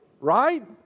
right